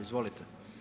Izvolite.